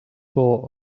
for